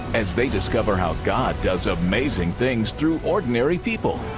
as they discover how god does amazing things through ordinary people.